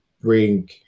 bring